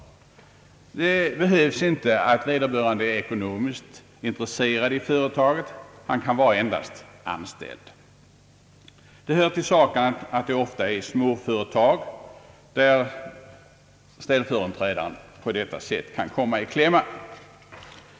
Vederbörande behöver inte vara ekonomiskt intresserad i företaget, det räcker att han är anställd. Till saken hör att det ofta är i småföretag som ställföreträdaren på detta sätt kan komma i kläm.